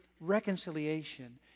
reconciliation